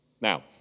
Now